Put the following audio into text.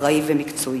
אחראי ומקצועי.